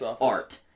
art